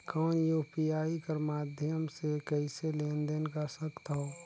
कौन यू.पी.आई कर माध्यम से कइसे लेन देन कर सकथव?